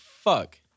fuck